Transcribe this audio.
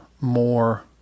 more